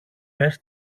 πες